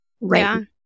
right